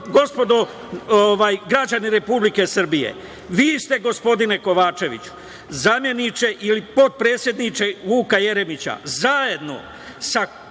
gospodo građani Republike Srbije? Vi ste gospodine Kovačeviću, zameniče ili potpredsedniče Vuka Jeremića, zajedno sa